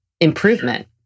improvement